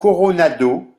coronado